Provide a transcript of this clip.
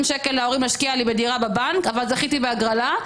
שקל שמושקעים לי בבנק וזכיתי בהגרלה,